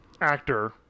actor